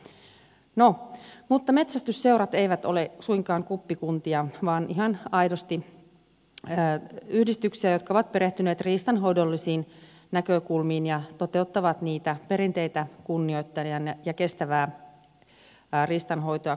no mutta metsästysseurat eivät ole suinkaan kuppikuntia vaan ihan aidosti yhdistyksiä jotka ovat perehtyneet riistanhoidollisiin näkökulmiin ja toteuttavat niitä perinteitä kunnioittaen ja kestävää riistanhoitoa kunnioittaen